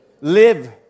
live